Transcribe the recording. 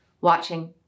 watching